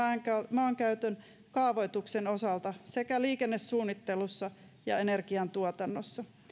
maankäytön ja kaavoituksen osalta sekä liikennesuunnittelussa ja energiantuotannossa